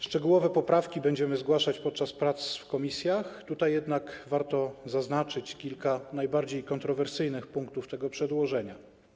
Szczegółowe poprawki będziemy zgłaszać podczas prac w komisjach, tutaj jednak warto zaznaczyć kilka najbardziej kontrowersyjnych punktów tego przedłożenia.